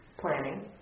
planning